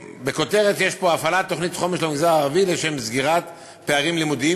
בכותרת יש פה: הפעלת תוכנית חומש למגזר הערבי לשם סגירת פערים לימודיים,